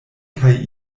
kaj